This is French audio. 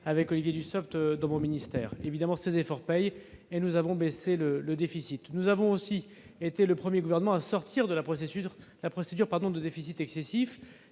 avec Olivier Dussopt dans mon ministère. Évidemment, ces efforts paient, et nous avons réduit le déficit. Nous avons aussi été le premier gouvernement à sortir de la procédure de déficit excessif.